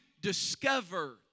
discover